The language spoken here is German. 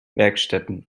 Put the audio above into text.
werkstätten